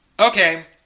okay